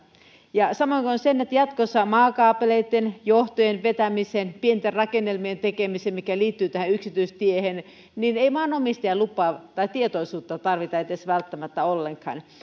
samoin on niin että jatkossa maakaapeleitten johtojen vetämiseen pienten rakennelmien tekemiseen mikä liittyy yksityistiehen ei maanomistajan lupaa tai edes tietoisuutta tarvita välttämättä ollenkaan